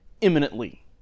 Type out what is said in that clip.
imminently